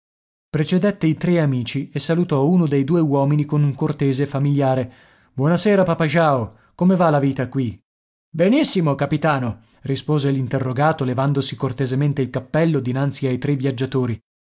precedette i tre amici e salutò uno dei due uomini con un cortese e familiare buona sera papà jao come va la vita qui benissimo capitano rispose l'interrogato levandosi cortesemente il cappello dinanzi ai tre viaggiatori